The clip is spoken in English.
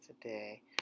today